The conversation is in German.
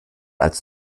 als